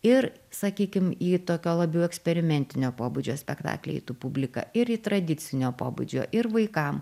ir sakykim į tokio labiau eksperimentinio pobūdžio spektaklį eitų publika ir į tradicinio pobūdžio ir vaikam